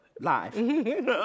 Live